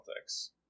politics